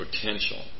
potential